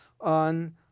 on